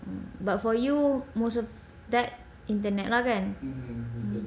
but for you most of that internet lah kan